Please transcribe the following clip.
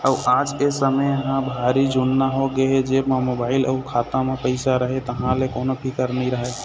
अउ आज ए समे ह भारी जुन्ना होगे हे जेब म मोबाईल अउ खाता म पइसा रहें तहाँ ले कोनो फिकर नइ रहय